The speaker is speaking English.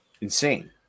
Insane